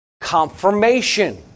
Confirmation